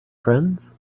friends